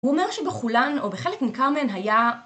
הוא אומר שבכולן, או בחלק ניכר מהן, היה